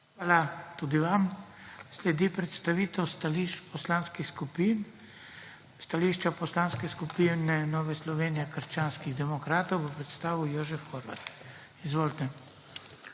Hvala tudi vam. Sledi predstavitev stališč poslanskih skupin. Stališča Poslanske skupine Nove Slovenije - krščanskih demokratov bo predstavil Jožef Horvat. Izvolite.